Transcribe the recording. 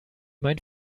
mein